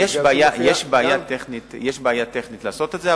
יש בעיה טכנית לעשות את זה,